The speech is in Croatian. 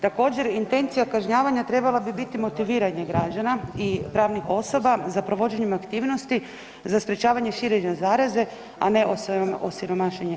Također, intencija kažnjavanja trebala bi biti motiviranje građana i pravnih osoba za provođenjem aktivnosti za sprječavanje širenja zaraze, a ne osiromašenje